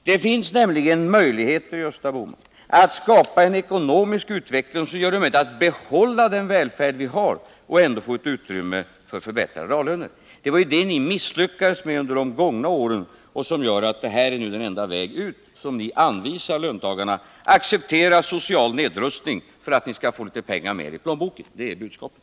Det finns nämligen möjligheter, Gösta Bohman, att skapa en ekonomisk utveckling som gör det möjligt att behålla den välfärd vi har och ändå få ett utrymme för förbättrade reallöner. Detta har ni misslyckats med under de gångna åren, och det gör att den enda utväg ni nu anvisar löntagarna är: Acceptera social nedrustning, så får ni litet mer pengar i plånboken! Det är budskapet.